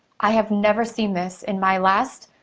i have never seen this in my last